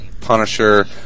Punisher